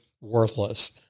worthless